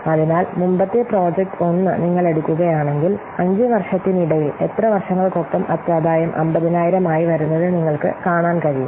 അതിനാൽ മുമ്പത്തെ പ്രോജക്റ്റ് 1 നിങ്ങൾ എടുക്കുകയാണെങ്കിൽ 5 വർഷത്തിനിടയിൽ എത്ര വർഷങ്ങൾക്കൊപ്പം അറ്റാദായം 50000 ആയി വരുന്നത് നിങ്ങൾക്ക് കാണാൻ കഴിയും